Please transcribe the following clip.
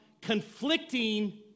conflicting